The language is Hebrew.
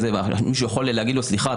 מישהו יכול להגיד לו: סליחה,